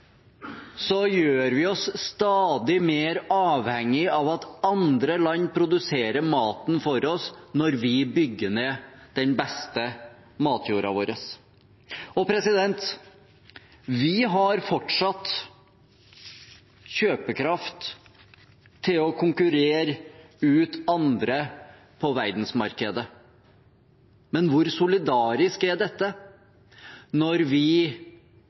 gjør vi oss stadig mer avhengig av at andre land produserer maten for oss når vi bygger ned den beste matjorda vår. Vi har fortsatt kjøpekraft til å konkurrere ut andre på verdensmarkedet. Men hvor solidarisk er dette når vi